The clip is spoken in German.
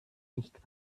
nicht